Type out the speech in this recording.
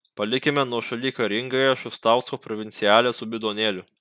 palikime nuošaly karingąją šustausko provincialę su bidonėliu